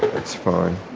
that's fine.